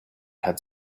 had